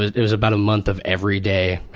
it was about a month of every day,